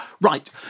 Right